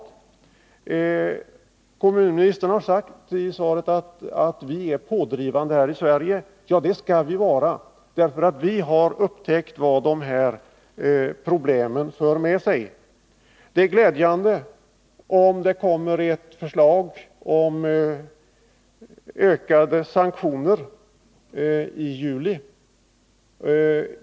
Kommunministern har i svaret sagt att vi är pådrivande här i Sverige. Ja, det skall vi vara, därför att vi har upptäckt vad de här problemen för med sig. Det är glädjande ifall det kommer ett förslag om ökade sanktioner i juli.